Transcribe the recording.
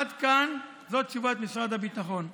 עד כאן, זו תשובת משרד הביטחון.